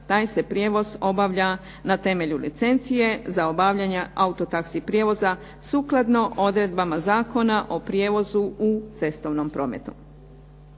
taj se prijevoz obavlja na temelju licencije za obavljanje auto taxi prijevoza sukladno odredbama Zakona o prijevozu u cestovnom prometu.